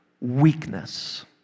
Weakness